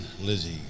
Lizzie